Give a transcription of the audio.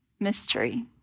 mystery